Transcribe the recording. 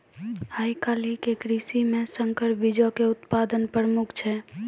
आइ काल्हि के कृषि मे संकर बीजो के उत्पादन प्रमुख छै